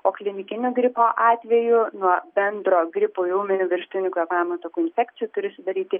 o klinikinių gripo atvejų nuo bendro gripo ir ūminių viršutinių kvėpavimo takų infekcijų turi sudaryti